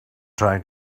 trying